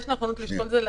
נכונות לשקול את זה,